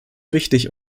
wichtig